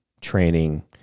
training